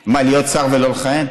מה, להיות שר ולא לכהן?